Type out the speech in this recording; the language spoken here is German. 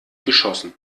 geschossen